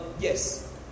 yes